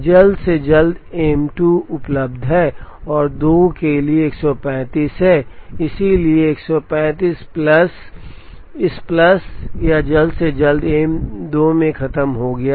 जल्द से जल्द एम 2 उपलब्ध है 1 और 2 के लिए 135 है इसलिए 135 प्लस संदर्भ स्लाइड समय 4105 इस प्लस यह जल्द से जल्द एम 2 खत्म हो गया है